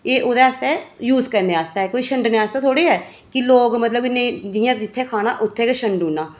एह् ओह्दे आस्तै यूज करने आस्तै कोई छंड्डने आस्तै थोह्ड़े ऐ कि लोक मतलब जित्थै खाना उत्थै गै छंड्डी ओड़ना